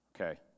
Okay